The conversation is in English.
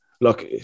look